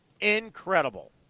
Incredible